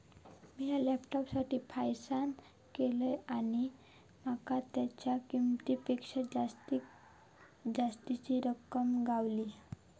मिया लॅपटॉपसाठी फायनांस केलंय आणि माका तेच्या किंमतेपेक्षा जास्तीची रक्कम गावली